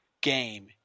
game